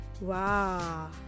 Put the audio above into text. Wow